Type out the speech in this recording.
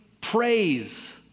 praise